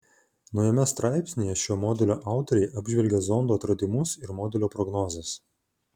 naujame straipsnyje šio modelio autoriai apžvelgia zondo atradimus ir modelio prognozes